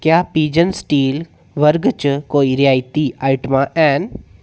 क्या Pigeon steel वर्ग च कोई रियायती आइटमां हैन